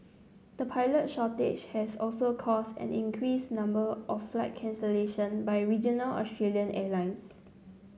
the pilot shortage has also caused an increased number of flight cancellation by regional Australian airlines